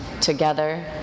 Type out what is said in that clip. together